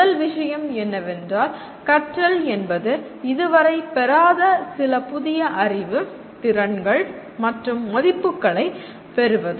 முதல் விஷயம் என்னவென்றால் கற்றல் என்பது இது வரை பெறாத சில புதிய அறிவு திறன்கள் மற்றும் மதிப்புகளைப் பெறுவது